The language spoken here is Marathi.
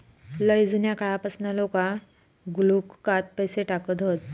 लय जुन्या काळापासना लोका गुल्लकात पैसे टाकत हत